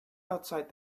outside